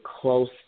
close